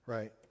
Right